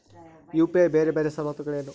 UPI ಬೇರೆ ಬೇರೆ ಸವಲತ್ತುಗಳೇನು?